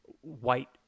white